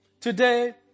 Today